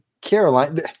Caroline